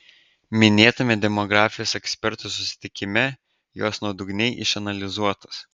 minėtame demografijos ekspertų susitikime jos nuodugniai išanalizuotos